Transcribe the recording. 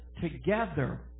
together